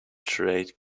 trade